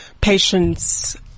patients